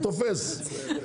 הוא תופס,